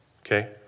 okay